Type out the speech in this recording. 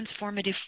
transformative